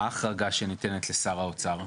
מהי ההחרגה שניתנת לשר האוצר?